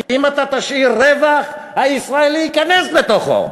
כי אם אתה תשאיר רווח, הישראלי ייכנס לתוכו.